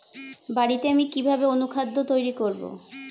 বাড়িতে আমি কিভাবে অনুখাদ্য তৈরি করব?